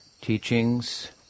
teachings